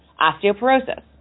osteoporosis